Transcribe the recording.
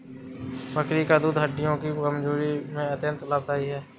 बकरी का दूध हड्डियों की कमजोरी में अत्यंत लाभकारी है